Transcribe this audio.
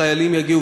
חיילים יגיעו,